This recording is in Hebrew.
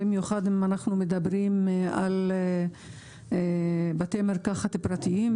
במיוחד אם מדברים על בתי מרקחת פרטיים,